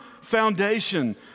foundation